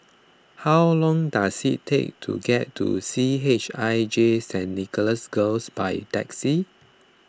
how long does it take to get to C H I J Saint Nicholas Girls by taxi